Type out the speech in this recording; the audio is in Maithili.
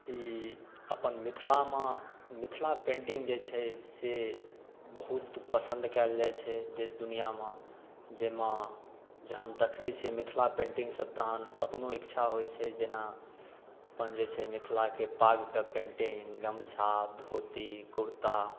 ई अपन मिथिलामे मिथिला पेंटिङ्ग जे छै से बहुत पसंद कयल जाइत छै देश दुनियामे जाहिमे जहन देखैत छियै मिथिला पेंटिङ्ग सब तहन अपनो इच्छा होय छै जेना अपन जे छै मिथिलाके पाग कऽ पेंटिङ्ग गमछा धोती कुरता